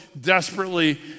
desperately